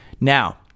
Now